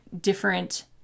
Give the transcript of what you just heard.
different